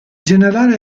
generale